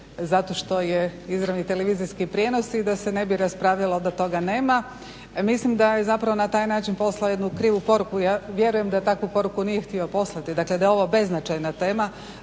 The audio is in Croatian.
zato što je izravni tv prijenos i da se ne bi raspravljalo da toga nema. Mislim da je zapravo na taj način poslao jednu krivu poruku, vjerujem da takvu poruku nije htio poslati, da je ovo beznačajna tema